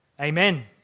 Amen